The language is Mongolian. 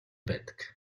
байдаг